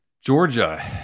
Georgia